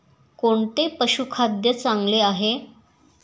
कोणते पशुखाद्य चांगले आहे?